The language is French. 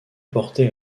porté